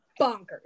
bonkers